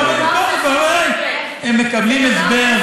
הם מקבלים הסבר.